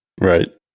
Right